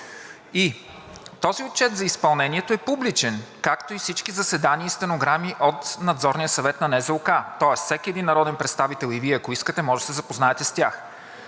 г. Този отчет за изпълнението е публичен, както и всички заседания и стенограми от Надзорния съвет на НЗОК. Тоест всеки един народен представител и Вие, ако искате, можете да се запознаете с тях.